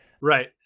Right